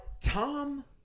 Tom